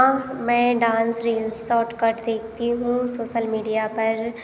जी हाँ मै dance reel सटकट देखती हूँ सोसल मीडिया पर